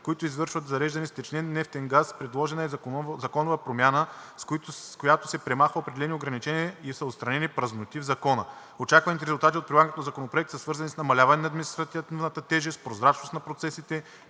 които извършват зареждане с втечнен нефтен газ. Предложена е законова промяна, с която се премахват определени ограничения и са отстранени празноти в Закона. Очакваните резултати от прилагането на Законопроекта са свързани с намаляване на административната тежест, прозрачност на процесите,